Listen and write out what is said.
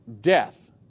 death